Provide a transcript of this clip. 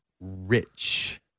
rich